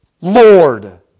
Lord